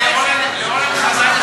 עשר דקות, גברתי, לרשותך.